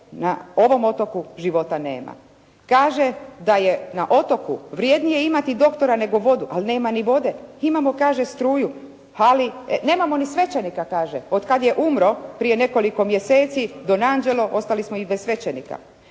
na ovom otoku života nema. Kaže da je na otoku vrjednije imati doktora nego vodu. Ali nema ni vode. «Imamo» kaže «struju, ali nemamo ni svečenika», kaže. «Od kad je umro prije nekoliko mjeseci don Anđelo ostali smo i bez svećenika».